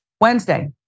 Wednesday